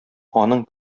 аның